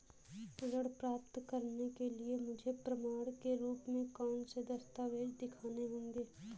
ऋण प्राप्त करने के लिए मुझे प्रमाण के रूप में कौन से दस्तावेज़ दिखाने होंगे?